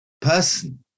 person